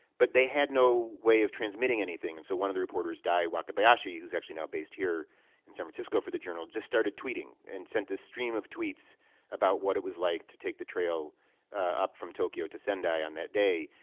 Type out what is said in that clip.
but they had no way of transmitting anything. and so one of the reporters, dai wakabayashi, who's actually now based here in san francisco for the journal, just started tweeting and sent this stream of tweets about what it was like to take the trail up from tokyo to sendai on that day,